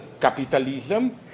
capitalism